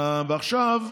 דוד,